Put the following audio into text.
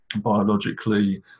biologically